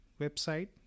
website